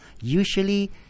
Usually